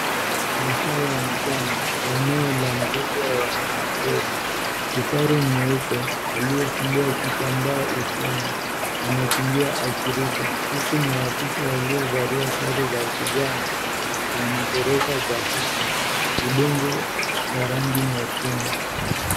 Masaa ya mchana, eneo la mbuga ya wanyamapori. KIfaru mweupe aliyefungwa kitambaa usoni anakimbia akiruka huku maafisa waliovalia sare za kijani wametoroka kwa hofu. Udongo wa rangi nyekundu.